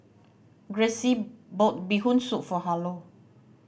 Grayce bought Bee Hoon Soup for Harlow